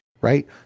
right